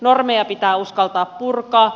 normeja pitää uskaltaa purkaa